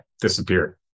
disappeared